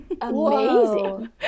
Amazing